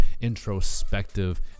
introspective